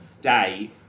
day